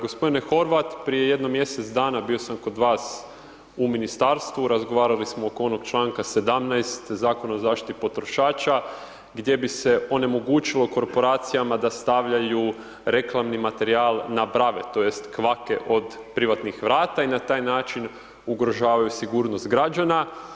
G. Horvat, prije jedno mjesec dana bio sam kod vas u ministarstvu, razgovarali smo oko onog članka 17 Zakona o zaštiti potrošača gdje bi se onemogućilo korporacijama da stavljaju reklamni materijal na brave, tj. kvake od privatnih vrata i na taj način ugrožavaju sigurnost građana.